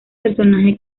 personaje